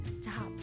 Stop